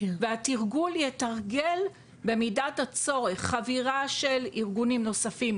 והתרגול יתרגל במידת הצורך חבירה של ארגונים נוספים,